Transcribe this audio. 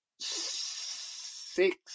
Six